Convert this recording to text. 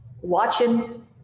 watching